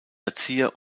erzieher